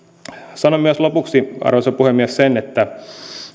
sanon myös lopuksi arvoisa puhemies sen että